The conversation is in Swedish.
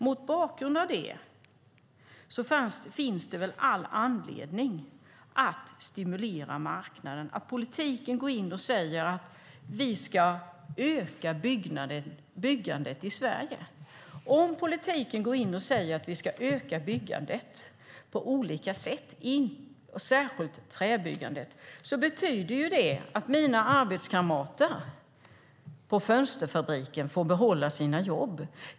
Mot bakgrund av det finns det all anledning att stimulera marknaden, att politiken går in och säger att byggandet ska öka i Sverige. Om politiken säger att vi ska öka byggandet på olika sätt, särskilt träbyggandet, betyder det att mina arbetskamrater på fönsterfabriken får behålla sina jobb.